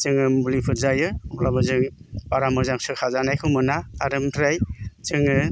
जोङो मुलिफोर जायो अब्लाबो जों बारा मोजां सोखा जानायखौ मोना आर एमफ्राय जोङो